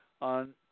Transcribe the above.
on